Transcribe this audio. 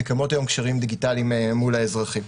הן מקיימות היום קשרים דיגיטליים מול האזרחים.